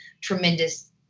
tremendous